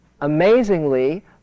amazingly